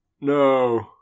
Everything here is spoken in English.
No